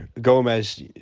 Gomez